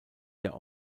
der